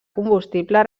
combustible